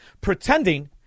pretending